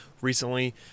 recently